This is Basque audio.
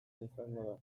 izango